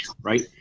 right